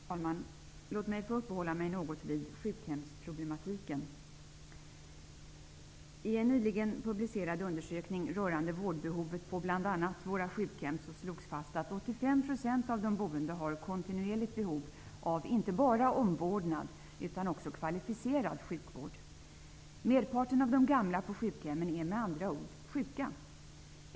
Herr talman! Låt mig uppehålla mig något vid sjukhemsproblematiken. I en nyligen publicerad undersökning rörande vårdbehovet på bl.a. våra sjukhem slogs fast att 85 % av de boende har kontinuerligt behov av inte bara omvårdnad utan också kvalificerad sjukvård. Merparten av de gamla på sjukhemmen är med andra ord sjuka.